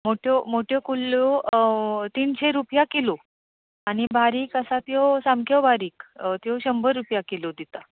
मोठ्यो कुल्ल्यो तिनशे रुपया किलो आनी बारीक आसा त्यो सामक्यो बारीक त्यो शंबर रुपया किलो दितां